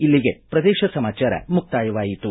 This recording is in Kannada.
ಇಲ್ಲಿಗೆ ಪ್ರದೇಶ ಸಮಾಚಾರ ಮುಕ್ತಾಯವಾಯಿತು